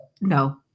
No